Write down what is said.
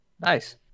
Nice